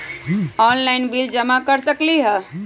Online bill जमा कर सकती ह?